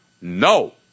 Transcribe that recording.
No